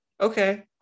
okay